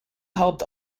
helped